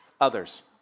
others